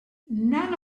none